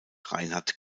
reinhard